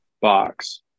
box